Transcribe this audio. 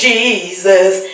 Jesus